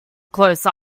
close